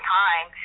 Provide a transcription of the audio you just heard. time